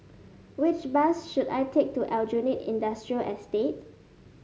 which bus should I take to Aljunied Industrial Estate